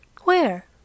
Where